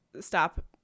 stop